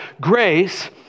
Grace